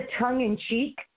tongue-in-cheek